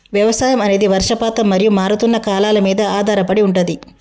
వ్యవసాయం అనేది వర్షపాతం మరియు మారుతున్న కాలాల మీద ఆధారపడి ఉంటది